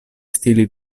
stili